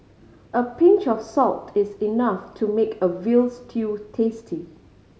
a pinch of salt is enough to make a veal stew tasty